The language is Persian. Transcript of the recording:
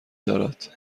دارد